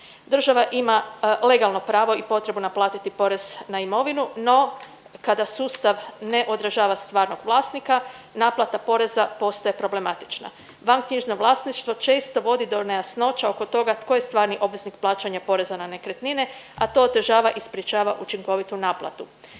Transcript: Država ima legalno pravo i potrebu naplatiti porez na imovinu no kada sustav ne odražava stvarnog vlasnika, naplata poreza postaje problematična. Vanknjižno vlasništvo često vodi do nejasnoća oko toga tko je stvarni obveznik plaćanja poreza na nekretnine, a to otežava i sprječava učinkovitu naplatu.